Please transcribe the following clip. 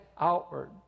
outward